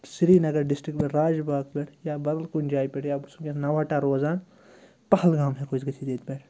Srinagar district پٮ۪ٹھ راج باغ پٮٹھ یا بدل کُنہِ جایہِ پٮ۪ٹھ یا بہٕ چھُس وٕنۍکٮ۪نَس نَوہَٹا روزان پہلگام ہٮ۪کو أسۍ گٔژھِتھ ییٚتہِ پٮ۪ٹھ